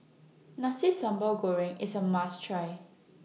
Nasi Sambal Goreng IS A must Try